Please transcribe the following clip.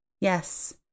Yes